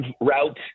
route